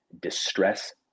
distress